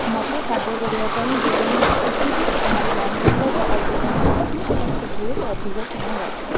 ମୋତେ ଖାଦ୍ୟ କରିବା ପାଇଁ ଯେଉଁଟା ମୁଁ ଶିଖିଛି ସେଇଟା ମୋତେ କମ୍ ଟାଇମ୍ ଲାଗେ ଆଉ ଯେଉଁଟା ମୁଁ ଶିଖିନି ସେଇଟା ମୋତେ ବହୁତ ଅଧିକ ସମୟ ଲାଗେ